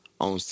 on